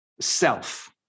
self